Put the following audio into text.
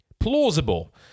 plausible